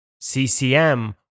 CCM